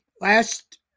Last